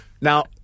Now